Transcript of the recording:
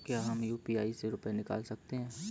क्या हम यू.पी.आई से रुपये निकाल सकते हैं?